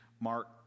Mark